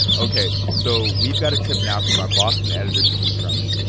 ok. so we've got a tip now from our boss and editor, steve drummond.